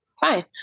fine